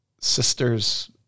sister's